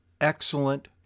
excellent